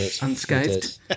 Unscathed